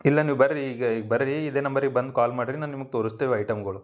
ಇಲ್ಲ ನೀವು ಬರ್ರಿ ಈಗ ಈಗ ಬರ್ರಿ ಇದೆ ನಂಬರಿಗೆ ಬಂದು ಕಾಲ್ ಮಾಡ್ರಿ ನಾವು ನಿಮ್ಗ ತೋರುಸ್ತೇವೆ ಐಟಮ್ಗಳು